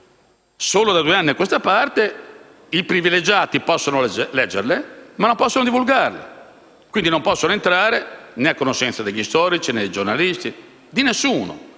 Solo da due anni a questa parte i privilegiati possono leggerle, ma non possono divulgarle. Quindi non possono entrarne a conoscenza gli storici, e i giornalisti: nessuno.